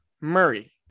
Murray